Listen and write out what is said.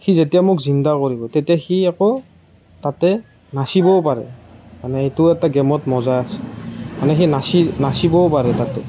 সি যেতিয়া মোক জিন্দা কৰিব তেতিয়া সি আকৌ তাতে নাচিবও পাৰে মানে এইটো এটা গেমত মজা আছে মানে সি নাচি নাচিবও পাৰে তাতে